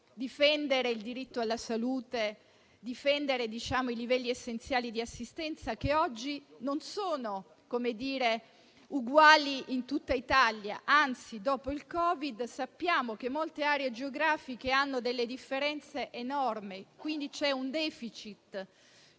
difendere il diritto alla salute e i livelli essenziali di assistenza, che oggi non sono uguali in tutta Italia, anzi, dopo il Covid sappiamo che molte aree geografiche hanno differenze enormi, quindi ci sono un *deficit*